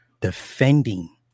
defending